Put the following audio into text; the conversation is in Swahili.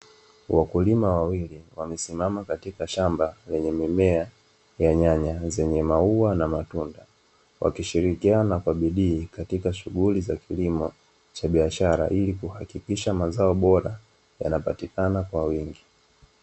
Wakulima wawili wamesimama katika shamba lenye mimea ya nyanya yenye maua na matunda, wakishiriikiana katika shughuli za kilimo cha biashara ilikuhakikisha mazao bora yanapatikana kwa wingi.